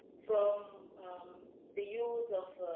from the use of